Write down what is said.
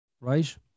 right